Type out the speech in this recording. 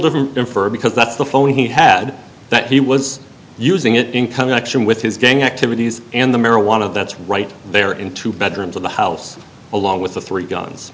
different than for because that's the phone he had that he was using it in connection with his gang activities and the marijuana that's right there in two bedrooms of the house along with the three guns